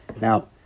Now